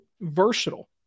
versatile